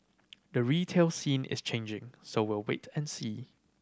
the retail scene is changing so we'll wait and see